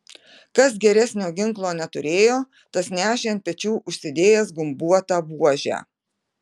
kas geresnio ginklo neturėjo tas nešė ant pečių užsidėjęs gumbuotą buožę